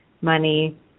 money